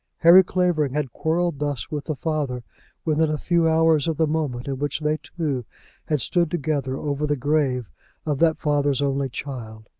harry clavering had quarrelled thus with the father within a few hours of the moment in which they two had stood together over the grave of that father's only child!